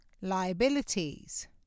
liabilities